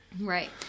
Right